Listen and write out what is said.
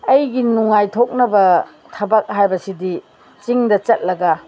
ꯑꯩꯒꯤ ꯅꯨꯡꯉꯥꯏꯊꯣꯛꯅꯕ ꯊꯕꯛ ꯍꯥꯏꯕꯁꯤꯗꯤ ꯆꯤꯡꯗ ꯆꯠꯂꯒ